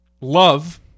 Love